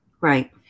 right